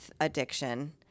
addiction